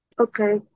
Okay